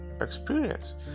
experience